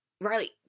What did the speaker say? Riley